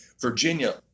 Virginia